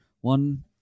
One